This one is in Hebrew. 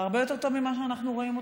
הרבה יותר טוב ממה שאנחנו רואים אותם.